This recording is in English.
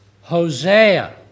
Hosea